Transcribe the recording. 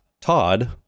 Todd